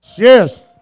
Yes